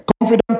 confident